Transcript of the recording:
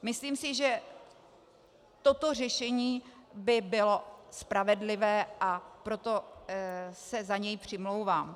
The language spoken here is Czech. Myslím si, že toto řešení by bylo spravedlivé, a proto se za něj přimlouvám.